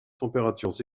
températures